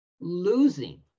losing